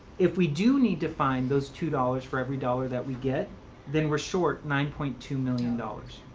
if we do need to find those two dollars for every dollar that we get then we're short nine point two million dollars.